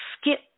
skip